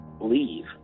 leave